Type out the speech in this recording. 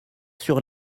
sur